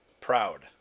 Proud